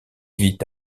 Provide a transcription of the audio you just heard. vit